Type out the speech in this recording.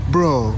Bro